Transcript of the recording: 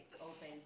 open